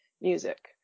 music